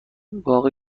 باغ